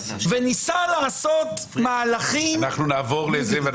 וניסה לעשות מהלכים --- נעבור להצבעה.